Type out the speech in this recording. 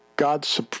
God's